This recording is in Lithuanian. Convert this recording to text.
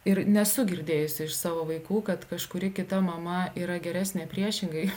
ir nesu girdėjusi iš savo vaikų kad kažkuri kita mama yra geresnė priešingai